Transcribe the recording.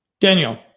Daniel